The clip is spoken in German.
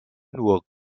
nur